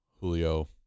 Julio